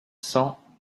cent